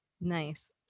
Nice